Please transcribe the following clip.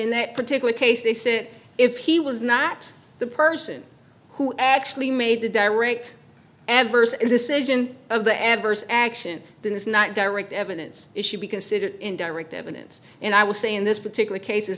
in that particular case they said if he was not the person who actually made the direct adverse decision of the adverse action that is not direct evidence it should be considered in direct evidence and i would say in this particular case is